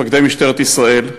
מפקדי משטרת ישראל,